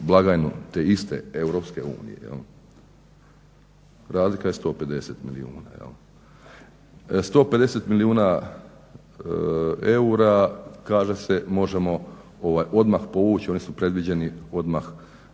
blagajnu te iste Europske unije. Razlika je 150 milijuna. 150 milijuna eura kaže se možemo odmah povući, oni su predviđeni odmah